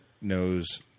knows